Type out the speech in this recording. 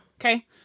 okay